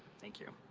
thank you.